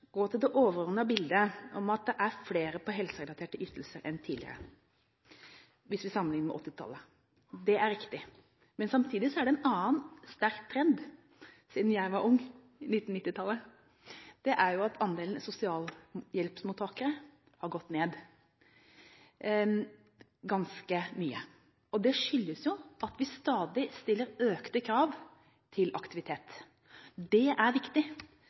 gå til det overordnede bildet om at det er flere på helserelaterte ytelser enn tidligere, hvis vi sammenligner med 1980-tallet. Det er riktig. Men samtidig er det en annen sterk trend siden jeg var ung på 1990-tallet. Det er at andelen sosialhjelpsmottakere har gått ganske mye ned. Det skyldes jo at vi stadig stiller økte krav til aktivitet. Det er viktig.